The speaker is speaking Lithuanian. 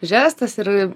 žestas ir